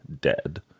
dead